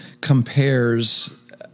compares